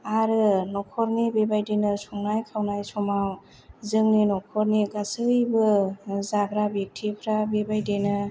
आरो नखरनि बेबायदिनो संनाय खावनाय समाव जोंनि नखरनि गासैबो जाग्रा ब्येक्टिफ्रा बेबादिनो